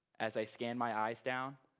as i scan my eyes down,